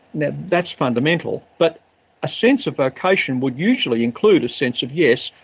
now, that's fundamental, but a sense of vocation would usually include a sense of, yes,